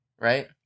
Right